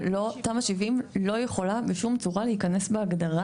תמ"א 70 לא יכולה בשום צורה להיכנס בהגדרה